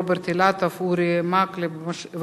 עברה בקריאה ראשונה,